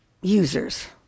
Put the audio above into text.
users